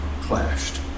clashed